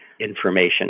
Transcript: information